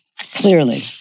Clearly